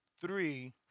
three